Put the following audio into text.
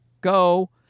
go